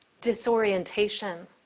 disorientation